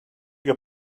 your